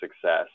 success